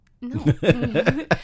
No